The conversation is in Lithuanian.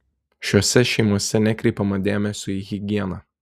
šiose šeimose nekreipiama dėmesio į higieną